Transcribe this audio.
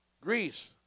Greece